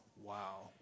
wow